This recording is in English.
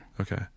Okay